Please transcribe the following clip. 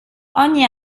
ogni